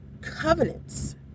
covenants